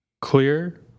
clear